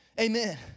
Amen